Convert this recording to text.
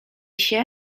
się